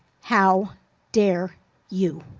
how dare you.